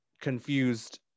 confused